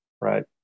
Right